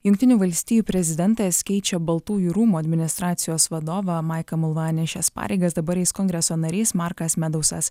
jungtinių valstijų prezidentas keičia baltųjų rūmų administracijos vadovą maiką mulvanį šias pareigas dabar eis kongreso narys markas medausas